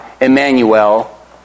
Emmanuel